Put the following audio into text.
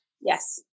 Yes